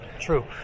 True